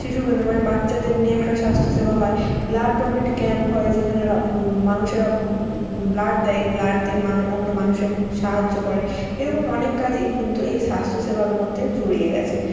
শিশু কেন্দ্র মানে বাচ্চাদের নিয়ে একটা স্বাস্থ্যসেবা হয় ব্লাড ডোনেট ক্যাম্প হয় যেখানে র মানুষেরা ব্লাড দেয় ব্লাড দিয়ে মানুষ অন্য মানুষের সাহায্য করে এরকম অনেক কাজই কিন্তু এই স্বাস্থ্যসেবার মধ্যে জড়িয়ে গেছে